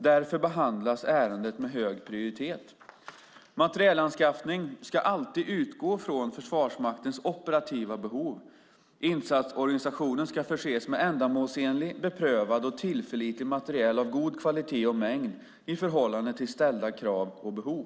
Därför behandlas ärendet med hög prioritet. Materielanskaffning ska alltid utgå från Försvarsmaktens operativa behov. Insatsorganisationen ska förses med ändamålsenlig, beprövad och tillförlitlig materiel av god kvalitet och mängd i förhållande till ställda krav och behov.